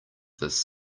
this